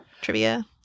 trivia